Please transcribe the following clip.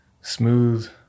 smooth